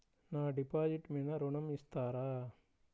నా డిపాజిట్ మీద ఋణం ఇస్తారా?